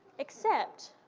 except